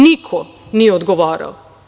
Niko nije odgovarao.